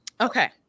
okay